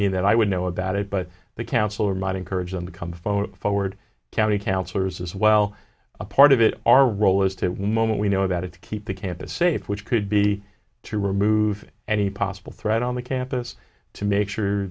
mean that i would know about it but the counselor might encourage them to come forward forward county counselors as well a part of it our role is to moment we know about it to keep the campus safe which could be to remove any possible threat on the campus to make sure